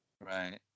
Right